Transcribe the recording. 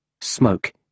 Smoke